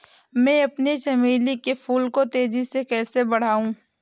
मैं अपने चमेली के फूल को तेजी से कैसे बढाऊं?